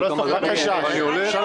הוא כל הזמן מכריז: אני הולך.